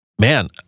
man